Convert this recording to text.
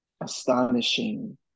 astonishing